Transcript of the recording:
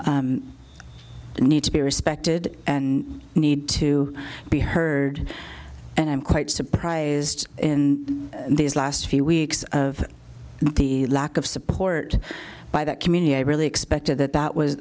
primarily need to be respected and need to be heard and i'm quite surprised in these last few weeks of the lack of support by that community i really expected that that was